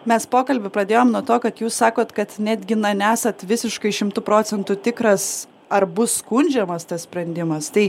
mes pokalbį pradėjom nuo to kad jūs sakot kad net gi na nesat visiškai šimtu procentų tikras ar bus skundžiamas tas sprendimas tai